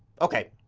okay.